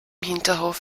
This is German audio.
hinterhof